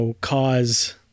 cause